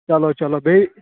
چلو چلو بیٚیہِ